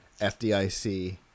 FDIC